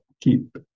keep